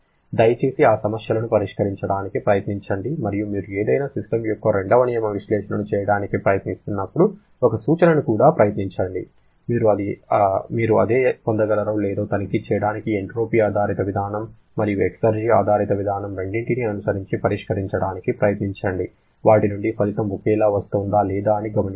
దయచేసి ఆ సమస్యలను పరిష్కరించడానికి ప్రయత్నించండి మరియు మీరు ఏదైనా సిస్టమ్ యొక్క రెండవ నియమ విశ్లేషణను చేయడానికి ప్రయత్నిస్తున్నప్పుడు ఒక సూచనను కూడా ప్రయత్నించండి మీరు అదే పొందగలరో లేదో తనిఖీ చేయడానికి ఎంట్రోపీ ఆధారిత విధానం మరియు ఎక్సర్జి ఆధారిత విధానం రెండింటినీ అనుసరించి పరిష్కరించడానికి ప్రయత్నించండి వాటి నుండి ఫలితం ఒకేలా వస్తోందా లేదా అని గమనించండి